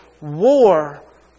war